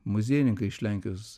muziejininkai iš lenkijos